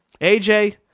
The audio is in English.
AJ